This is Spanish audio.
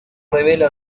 revela